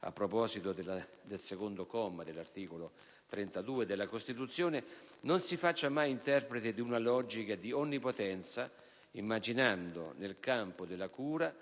a proposito del secondo comma dell'articolo 32 della Costituzione, non si faccia mai interprete di una logica di onnipotenza, immaginando nel campo della cura